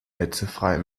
hitzefrei